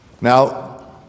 Now